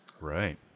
Right